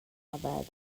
abad